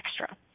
extra